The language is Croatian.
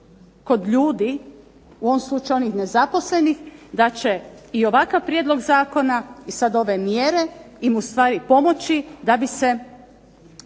kod ljudi, u ovom slučaju onih nezaposlenih, da će i ovakav prijedlog zakona i sad ove mjere im ustvari pomoći da bi se